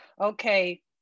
okay